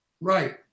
Right